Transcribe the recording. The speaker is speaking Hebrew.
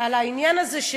על העניין הזה,